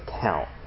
count